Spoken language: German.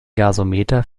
gasometer